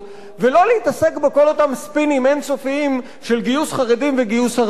ולא להתעסק בכל אותם ספינים אין-סופיים של גיוס חרדים וגיוס ערבים.